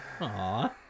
Aw